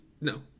No